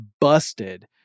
busted